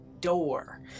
door